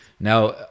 Now